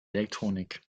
elektronik